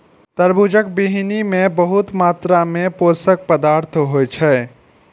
तरबूजक बीहनि मे बहुत मात्रा मे पोषक पदार्थ होइ छै